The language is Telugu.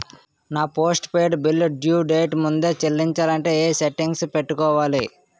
నా postpaid bill due date ముందే చెల్లించాలంటే ఎ సెట్టింగ్స్ పెట్టుకోవాలి?